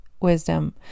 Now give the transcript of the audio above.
wisdom